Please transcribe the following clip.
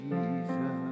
Jesus